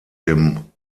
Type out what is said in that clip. dem